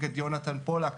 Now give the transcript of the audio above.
נגד יונתן פולק.